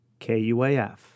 KUAF